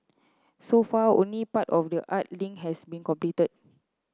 so far only part of the art link has been completed